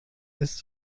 ist